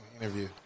interview